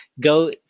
go